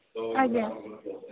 ଆଜ୍ଞା